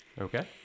Okay